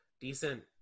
decent